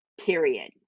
Period